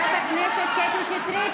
חברת הכנסת קטי שטרית,